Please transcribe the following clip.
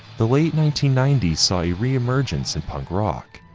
the late nineteen ninety so yeah re-emergence in punk rock.